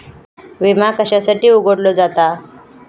विमा कशासाठी उघडलो जाता?